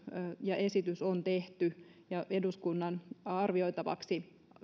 ja esitys on tehty ja eduskunnan arvioitavaksi